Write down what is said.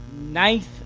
Ninth